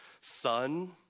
son